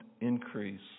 increase